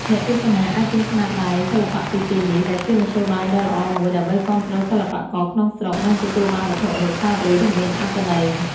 អ្នកទស្សនាអាចទិញស្នាដៃសិល្បៈពីទីនេះ ដែលជាមធ្យោបាយដ៏ល្អមួយដើម្បីគាំទ្រសិល្បករក្នុងស្រុក និងទទួលបានវត្ថុអនុស្សាវរីយ៍ដ៏មានអត្ថន័យ។